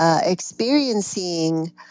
experiencing